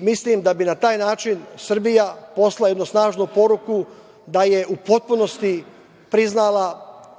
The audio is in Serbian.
mislim da bi na taj način Srbija poslala jednu snažnu poruku da je u potpunosti priznala